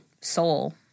soul